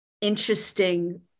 interesting